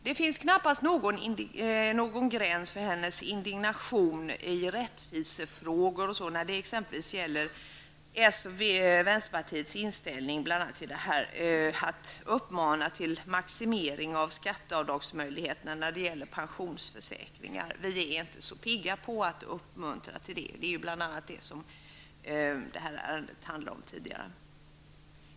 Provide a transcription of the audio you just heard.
Det finns knappast någon gräns för hennes indignation i rättvisefrågan när det handlar om vänsterpartiets inställning till uppmaningarna om maximering av skatteavdragsmöjligheterna när det gäller pensionsförsäkringar. Vi är inte så pigga på att uppmuntra till det. Det är bl.a. detta som det här ärendet handlar om.